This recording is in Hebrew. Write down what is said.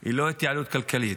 היא לא התייעלות כלכלית.